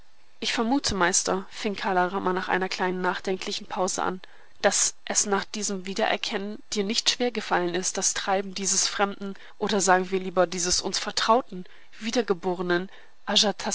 ich vermute meister fing kala rama nach einer kleinen nachdenklichen pause an daß es nach diesem wiedererkennen dir nicht schwer gefallen ist das treiben dieses fremden oder sagen wir lieber dieses uns vertrauten